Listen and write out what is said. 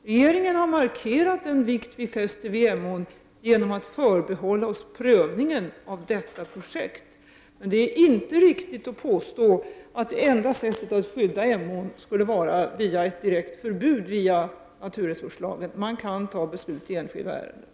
Regeringen har markerat den vikt som den fäster vid Emån genom att förbehålla sig prövningen av detta projekt. Men det är inte riktigt att påstå att det enda sättet att skydda Emån skulle vara ett direkt förbud i naturresurslagen. Regeringen kan fatta beslut i enskilda ärenden.